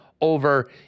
over